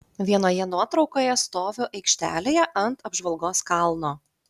vienoje nuotraukoje stoviu aikštelėje ant apžvalgos kalno